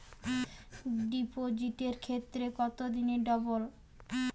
ডিপোজিটের ক্ষেত্রে কত দিনে ডবল?